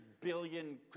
billion